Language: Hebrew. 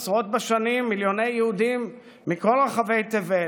עשרות בשנים מיליוני יהודים מכל רחבי תבל,